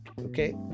Okay